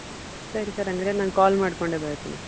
ಸರಿ ಸರ್ ಹಂಗಾದ್ರೆ ನಾನು ಕಾಲ್ ಮಾಡಿಕೊಂಡೆ ಬರ್ತೀನಿ ಸರ್ ಶಾಪ್ ಹತ್ತಿರ